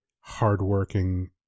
hardworking